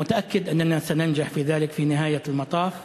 אני בטוח שנצליח בכך בסופו של דבר.